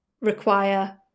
require